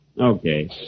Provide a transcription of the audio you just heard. okay